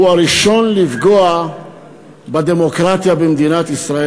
הוא הראשון לפגוע בדמוקרטיה במדינת ישראל,